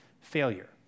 failure